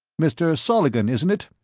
mr. soligen, isn't it?